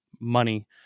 money